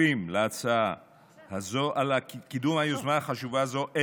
השותפים להצעה הזו על קידום היוזמה החשובה הזו.